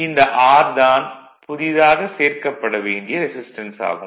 இந்த R தான் புதிதாக சேர்க்கப் படவேண்டிய ரெசிஸ்டன்ஸ் ஆகும்